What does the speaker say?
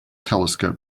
telescope